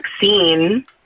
vaccine